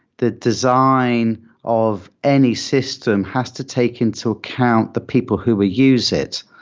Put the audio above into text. the design of any system has to take into account the people who will use it.